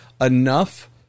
enough